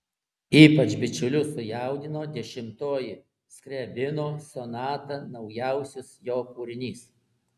ypač bičiulius sujaudino dešimtoji skriabino sonata naujausias jo kūrinys